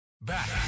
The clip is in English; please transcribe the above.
Back